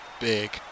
big